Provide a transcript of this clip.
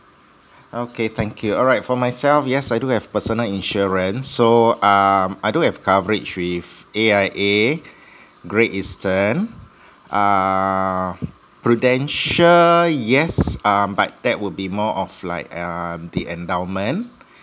okay thank you alright for myself yes I do have personal insurance so um I do have coverage with A_I_A great eastern uh prudential yes um but that will be more of like um the endowment